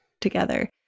together